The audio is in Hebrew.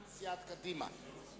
עדיין אומרים בשלושת השבועות הראשונים,